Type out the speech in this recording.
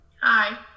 Hi